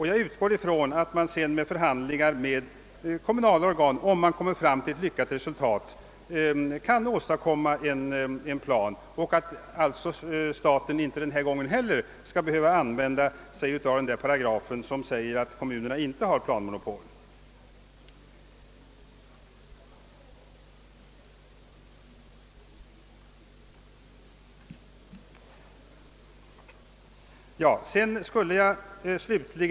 Jag utgår från att förhandlingar sedan skall upptagas med kommunala organ, och kan man därvid uppnå ett lyckat resultat behöver staten inte heller denna gång åberopa den paragraf som säger att kommunerna inte har planmonopol.